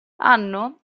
hanno